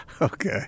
Okay